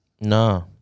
No